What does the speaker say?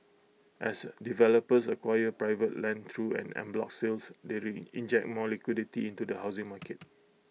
as developers acquire private land through en bloc sales they re inject more liquidity into the housing market